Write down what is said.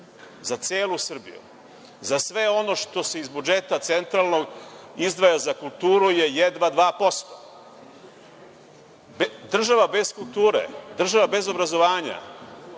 za celu Srbiju. Sve ono što se iz budžeta centralnog izdvaja za kulturu je jedva dva posto. Država bez kulture, država bez obrazovanja